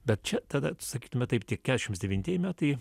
bet čia tada sakytume taip tik keturiasdešimt devintieji metai